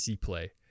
play